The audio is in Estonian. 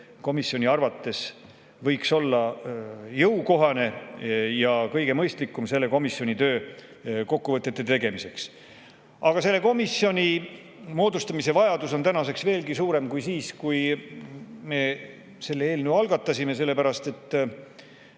komisjoni arvates võiks olla jõukohane ja kõige mõistlikum tähtaeg selle komisjoni tööst kokkuvõtete tegemiseks. Aga selle komisjoni moodustamise vajadus on täna veelgi suurem kui siis, kui me selle eelnõu algatasime. Nii selle